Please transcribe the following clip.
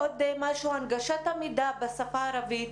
עוד משהו, הנגשת המידע בשפה הערבית.